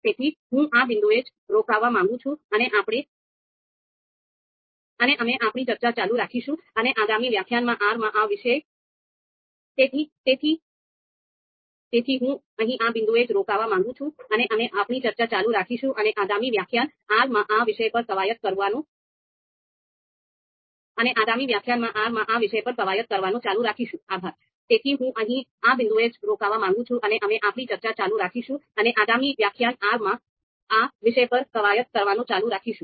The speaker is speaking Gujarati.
તેથી હું અહીં આ બિંદુએ જ રોકવા માંગુ છું અને અમે આપણી ચર્ચા ચાલુ રાખીશું અને આગામી વ્યાખ્યાન R માં આ વિશેષ પર કવાયત કરવાનું ચાલુ રાખીશું